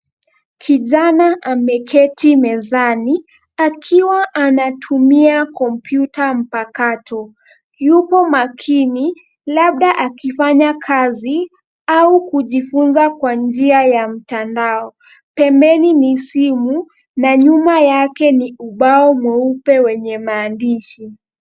Kijana anaketi mezani, akiwa anatumia kompyuta mpakato. Yupo makini, labda akifanya kazi, au kujifunza, kwa njia ya mtandao. Pembeni ni simu, na nyuma yake ni, ubao mweupe wenye maandishi.